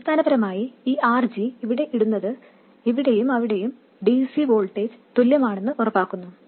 അടിസ്ഥാനപരമായി ഈ RG ഇവിടെ ഇടുന്നത് ഇവിടെയും അവിടെയും dc വോൾട്ടേജ് തുല്യമാണെന്ന് ഉറപ്പാക്കുന്നു